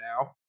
now